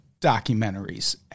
documentaries